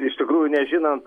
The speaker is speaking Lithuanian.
iš tikrųjų nežinant